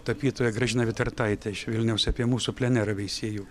tapytoja gražina vitartaite iš vilniaus apie mūsų plenerą veisiejų